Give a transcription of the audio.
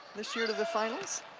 this year to the finals.